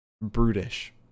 brutish